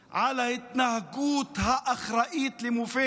על ההתנהגות האחראית למופת.